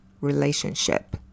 relationship